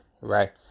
right